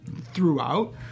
Throughout